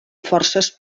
forces